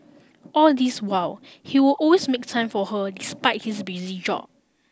all this while he would always make time for her despite his busy job